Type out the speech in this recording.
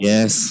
Yes